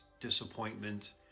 disappointment